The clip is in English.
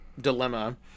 dilemma